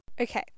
okay